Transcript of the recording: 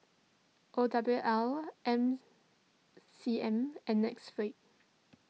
O W L M C M and Netflix